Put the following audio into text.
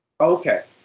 Okay